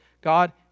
God